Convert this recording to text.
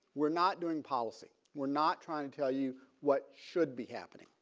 we're not doing policy. we're not trying to tell you what should be happening.